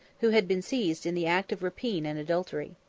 who had been seized in the act of rapine and adultery.